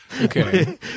Okay